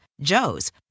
Joe's